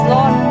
Lord